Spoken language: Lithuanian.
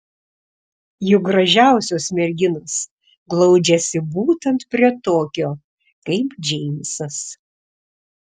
juk gražiausios merginos glaudžiasi būtent prie tokio kaip džeimsas